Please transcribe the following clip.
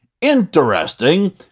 interesting